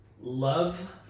love